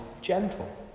gentle